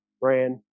brand